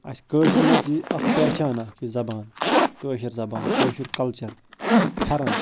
اَسہِ کٲشرٮ۪ن ٲس یہِ اَکھ پہچان اَکھ یہِ زبان کٲشِر زبان کٲشُر کلچر پھٮ۪رن